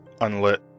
unlit